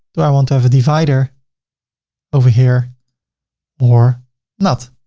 do i want to have a divider over here or not?